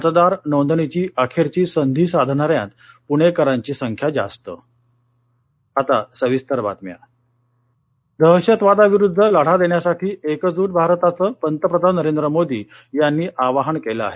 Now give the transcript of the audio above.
मतदार नोंदणीची अखेरची संधी साधणाऱ्यात पृणेकरांची संख्या जास्त पंतप्रधान दहशतवादाविरूद्ध लढा देण्यासाठी एकजूट भारताचं पंतप्रधान नरेंद्र मोदी यांनी आवाहन केलं आहे